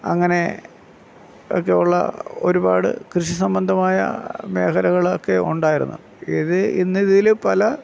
അങ്ങനെ ഒക്കെയുള്ള ഒരുപാട് കൃഷി സംബന്ധമായ മേഖലകളൊക്കെ ഉണ്ടായിരുന്നു ഇത് ഇന്നിതില് പല